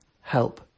Help